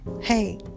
hey